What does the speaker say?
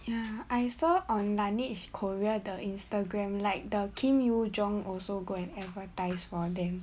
ya I saw on Laneige korea the Instagram like the kim yoo jung also go and advertise for them